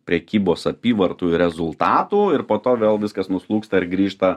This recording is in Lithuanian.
prekybos apyvartų rezultatų ir po to vėl viskas nuslūgsta ir grįžta